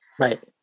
Right